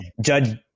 Judge